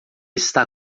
está